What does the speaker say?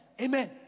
Amen